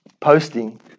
posting